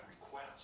request